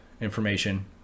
information